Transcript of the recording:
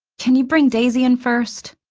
can you bring daisy in first?